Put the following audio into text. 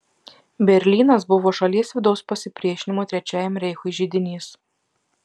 berlynas buvo šalies vidaus pasipriešinimo trečiajam reichui židinys